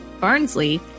Barnsley